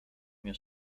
mnie